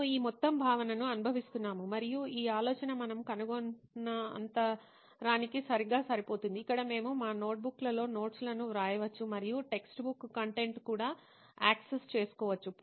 మేము ఈ మొత్తం భావనను అనుభవిస్తున్నాము మరియు ఈ ఆలోచన మనం కనుగొన్నఅంతరానికి సరిగ్గా సరిపోతుంది ఇక్కడ మేము మా నోట్బుక్లలో నోట్స్లను వ్రాయవచ్చు మరియు టెక్స్ట్బుక్ కంటెంట్ని కూడా యాక్సెస్ చేసుకోవచ్చు